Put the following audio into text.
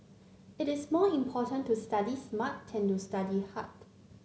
it is more important to study smart than to study hard